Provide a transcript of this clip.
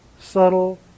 subtle